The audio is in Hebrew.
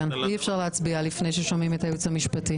אי אפשר להצביע לפני ששומעים את הייעוץ המשפטי.